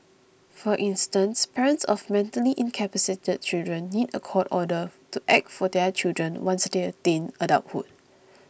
for instance parents of mentally incapacitated children need a court order to act for their children once they attain adulthood